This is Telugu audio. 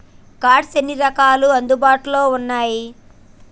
కార్డ్స్ ఎన్ని రకాలు అందుబాటులో ఉన్నయి?